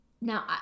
Now